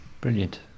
Brilliant